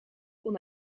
kon